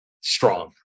strong